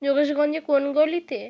যোগেশগঞ্জে কোন গলিতে